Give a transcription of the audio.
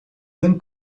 then